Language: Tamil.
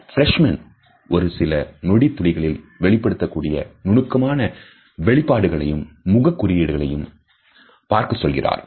Freshman ஒரு சில நொடி துளிகளில் வெளிப்படுத்தக்கூடிய நுணுக்கமான வெளிப்பாடுகளையும் முகக் குறியீடுகளையும் பார்க்கச் சொல்கிறார்